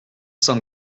cent